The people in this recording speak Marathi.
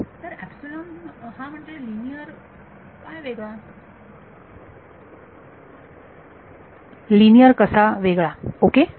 विद्यार्थी तर एपसीलोन हा म्हणजे लिनियर काय वेगळा लिनिअर कसा वेगळा ओके